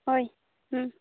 ᱦᱳᱭ